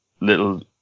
little